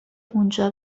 اونجا